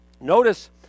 Notice